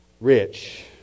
rich